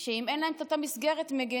שאם אין להם את אותה מסגרת מגינה,